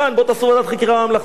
בואו תעשו ועדת חקירה ממלכתית.